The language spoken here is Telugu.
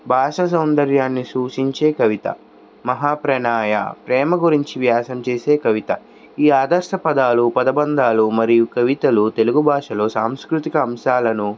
భాషా సౌందర్యాన్ని సూచించే కవిత మహా ప్రణాయ ప్రేమ గురించి వ్యాసం చేసే కవిత ఈ ఆదర్శ పదాలు పదబంధాలు మరియు కవితలు తెలుగు భాషలో సాంస్కృతిక అంశాలను